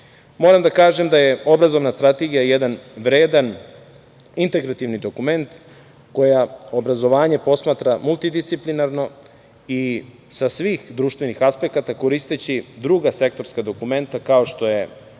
da kažem da je obrazovna strategija jedan vredan integrativni dokument koji obrazovanje posmatra multidisciplinarno i sa svih društvenih aspekata koristeći druga sektorska dokumenta kao što je,